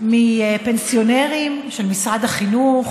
מפנסיונרים של משרד החינוך,